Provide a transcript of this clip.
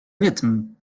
rytm